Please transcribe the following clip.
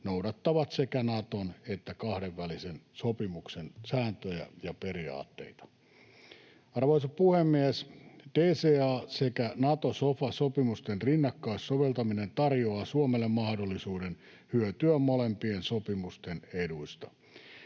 noudattavat sekä Naton että kahdenvälisen sopimuksen sääntöjä ja periaatteita. Arvoisa puhemies! DCA‑ sekä Nato-sofa-sopimusten rinnakkaissoveltaminen tarjoaa Suomelle mahdollisuuden hyötyä molempien sopimusten eduista.